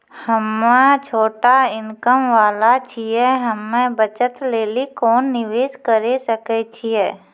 हम्मय छोटा इनकम वाला छियै, हम्मय बचत लेली कोंन निवेश करें सकय छियै?